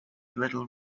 little